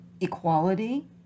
equality